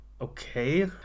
okay